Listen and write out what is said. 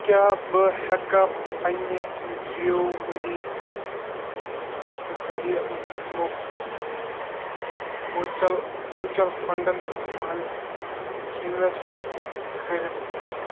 کیٛاہ بہٕ ہٮ۪کا پنٛنہِ جِیو مٔنی ذٔریعہٕ موچَل میوٗچول فنٛڈَن منٛز اِنوٮ۪سٹ کٔرِتھ